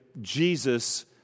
Jesus